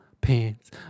pants